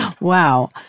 Wow